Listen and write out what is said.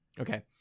Okay